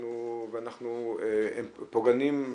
ואנחנו פוגענים,